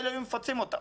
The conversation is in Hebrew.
מילא, היו מפצים אותם.